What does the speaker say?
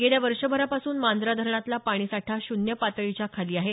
गेल्या वर्षभरापासून मांजरा धरणातला पाणी साठा शून्य पातळीच्या खाली आहे